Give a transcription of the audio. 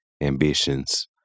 ambitions